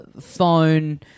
phone